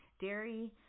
Dairy